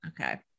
Okay